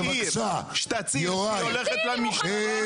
שתצהיר שהיא הולכת למשטרה?